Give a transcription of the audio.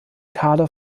kader